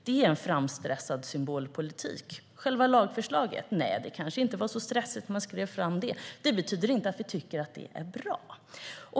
Det är en framstressad symbolpolitik. Det kanske inte var så stressigt när man skrev fram själva lagförslaget. Men det betyder inte att vi tycker att det är bra.